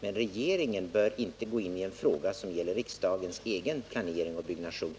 Men regeringen bör inte gå in i en fråga som gäller riksdagens egen planering och byggnation.